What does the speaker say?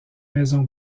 maisons